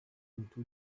into